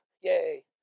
Yay